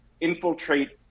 infiltrate